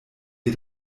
wir